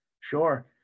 Sure